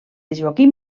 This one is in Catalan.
joaquim